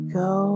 go